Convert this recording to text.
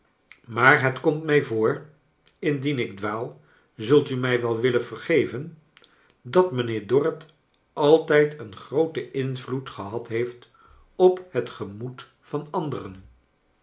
maar het komt mij voor indien ik dwaal zult u mij wel willen vergeven dat mijnheer dorrit altijd een grooten invloed gehad heeft op het gemoed van anderen